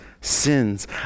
sins